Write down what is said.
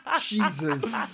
Jesus